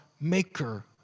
maker